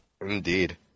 Indeed